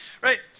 Right